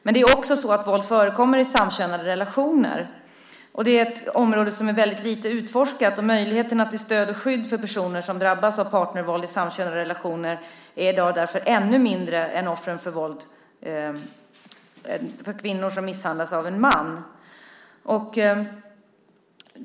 Men våld förekommer också i samkönade relationer. Det är ett område som är väldigt lite utforskat. Möjligheterna till stöd och skydd för personer som drabbas av partnervåld är därför ännu mindre än möjligheterna för kvinnor som misshandlas av en man.